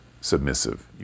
submissive